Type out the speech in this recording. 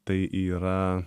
tai yra